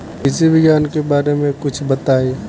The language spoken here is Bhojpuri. कृषि विज्ञान के बारे में कुछ बताई